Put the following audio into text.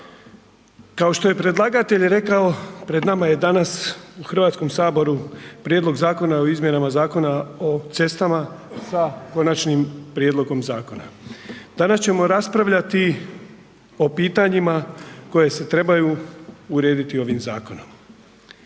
Kao što je predlagatelj pred nama je danas u Hrvatskom saboru Prijedlog zakona o izmjenama Zakona o cestama, s Konačnim prijedlogom zakona. Danas ćemo raspravljati o pitanjima koje se trebaju urediti ovim zakonom.